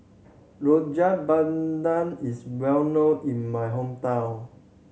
Rojak Bandung is well known in my hometown